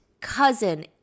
cousin